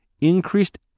increased